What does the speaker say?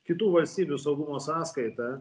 kitų valstybių saugumo sąskaita